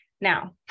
Now